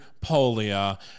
Polia